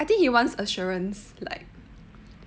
I think he wants assurance like